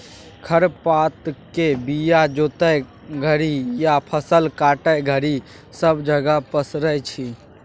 खर पातक बीया जोतय घरी या फसल काटय घरी सब जगह पसरै छी